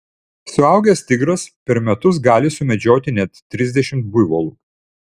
suaugęs tigras per metus gali sumedžioti net trisdešimt buivolų